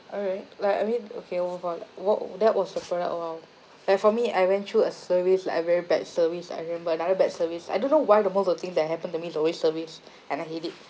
alright like I mean okay move on !whoa! that was a product !wow! like for me I went through a service like a very bad service I remember another bad service I don't know why the most of the things that happened to me is always service and I headache